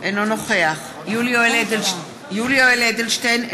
אינו נוכח יולי יואל אדלשטיין,